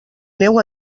neu